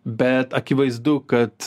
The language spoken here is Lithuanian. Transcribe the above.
bet akivaizdu kad